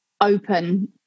open